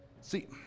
See